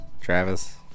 Travis